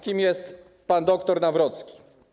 Kim jest pan dr Nawrocki?